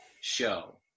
show